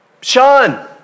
Sean